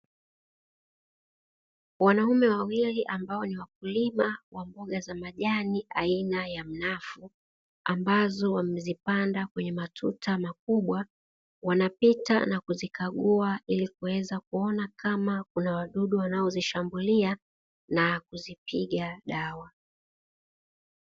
Wanaume wawili ambao ni wakulima wa mboga za majani aina ya mnafu, ambazo wamezipanda kwenye matuta makubwa, wanapita na kuzikagua ili kuweza kuona kama kuna wadudu wanaozishambulia na kuzipiga dawa.